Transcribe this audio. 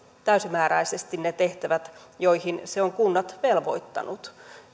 täysimääräisesti ne tehtävät joihin se on kunnat velvoittanut